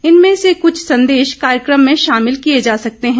इनमें से कुछ संदेश कार्यक्रम में शामिल किए जा सकते हैं